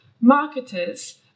marketers